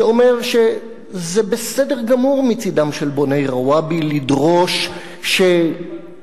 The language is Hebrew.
שאומר שזה בסדר גמור מצדם של בוני רוואבי לדרוש שחברות